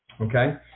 okay